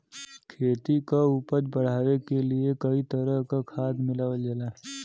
खेती क उपज बढ़ावे क लिए कई तरह क खाद मिलावल जाला